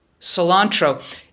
cilantro